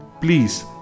Please